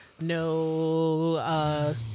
no